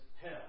hell